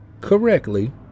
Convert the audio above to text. correctly